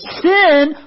Sin